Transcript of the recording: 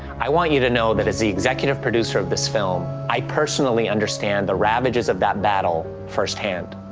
i want you to know that as the executive producer of this film, i personally understand the ravages of that battle firsthand.